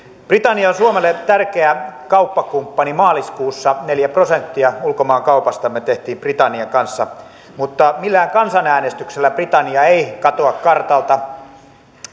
britannia on suomelle tärkeä kauppakumppani maaliskuussa neljä prosenttia ulkomaankaupastamme tehtiin britannian kanssa mutta millään kansanäänestyksellä britannia ei katoa kartalta